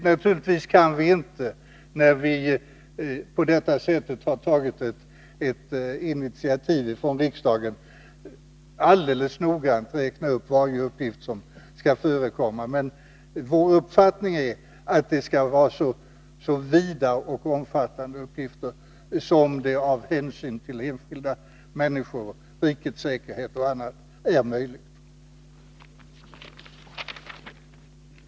Naturligtvis kan vi inte, när vi från utskottet på detta sätt har tagit ett initiativ, alldeles noggrant räkna upp varje uppgift som skall förekomma, men vår uppfattning är att det skall vara så vida och omfattande uppgifter som det med hänsyn till enskilda människor, rikets säkerhet och annat är möjligt att ge.